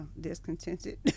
discontented